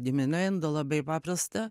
diminuendo labai paprasta